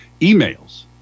Emails